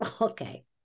Okay